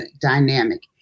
dynamic